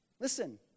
Listen